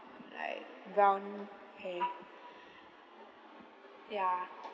like brown hair ya